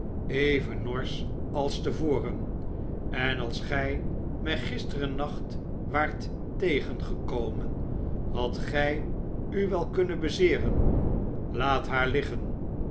even norsch als te voren sen als gij mij gisterennacht waart tegengekomen had zij u wel kunnen bezeeren laat haar liggen